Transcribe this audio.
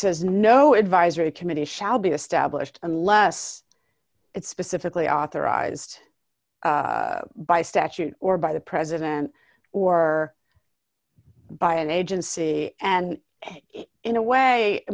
says no advisory committee shall be established unless it's specifically authorized by statute or by the president or by an agency and in a way i